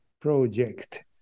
project